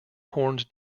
horned